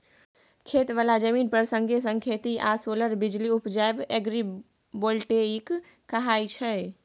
खेत बला जमीन पर संगे संग खेती आ सोलर बिजली उपजाएब एग्रीबोल्टेइक कहाय छै